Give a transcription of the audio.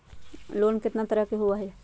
Loan केतना तरह के होअ हई?